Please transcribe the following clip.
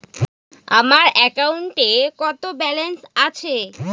আমার অ্যাকাউন্টে কত ব্যালেন্স আছে?